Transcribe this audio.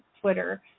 twitter